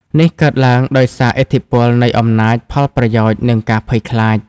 នេះកើតឡើងដោយសារឥទ្ធិពលនៃអំណាច ផលប្រយោជន៍ និងការភ័យខ្លាច។